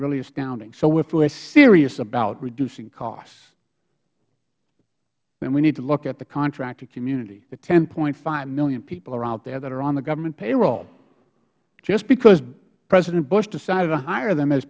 really astounding so if we are serious about reducing costs then we need to look at the contracting community the ten point five million people out there that are on the government payroll just because president bush decided to hire them as